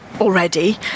already